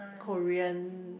Korean